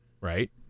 right